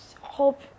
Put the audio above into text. hope